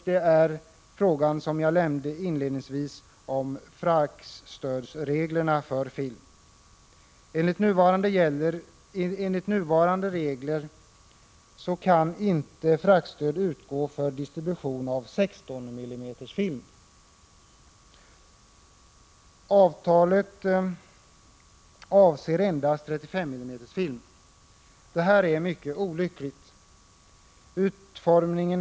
Det är, som jag inledningsvis nämnde, reglerna om fraktstöd för film. Enligt nuvarande regler kan inte fraktstöd utgå för distribution av 16 mm film. Avtalet avser endast 35 mm film. Detta är mycket olyckligt.